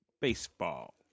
baseball